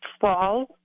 fall